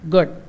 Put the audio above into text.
Good